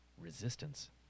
Resistance